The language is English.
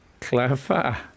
Clever